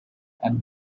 and